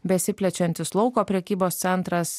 besiplečiantis lauko prekybos centras